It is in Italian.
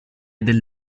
del